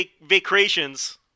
vacations